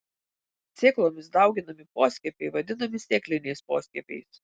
sėklomis dauginami poskiepiai vadinami sėkliniais poskiepiais